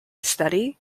steady